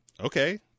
okay